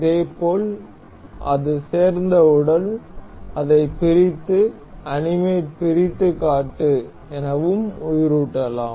இதேபோல் அது சேர்ந்தவுடல் அதைப்பிரித்து அனிமேட் பிரித்து காட்டு எனவும் உயிரூட்டலாம்